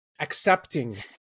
accepting